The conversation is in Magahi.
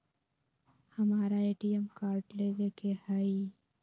हमारा ए.टी.एम कार्ड लेव के हई